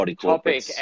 topic